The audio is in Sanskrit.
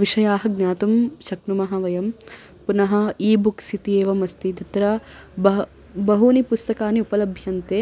विषयान् ज्ञातुं शक्नुमः वयं पुनः ई बुक्स् इति एवम् अस्ति तत्र बह् बहूनि पुस्तकानि उपलभ्यन्ते